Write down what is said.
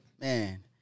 Man